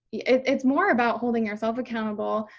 it's more about holding yourself accountable.